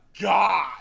God